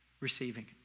receiving